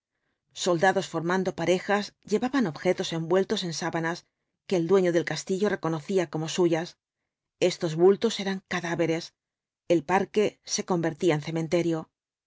soldados formando parejas llevaban objetos envueltos en sábanas que el dueño del castillo reconocía como suyas estos bultos eran cadáveres el parque se convertía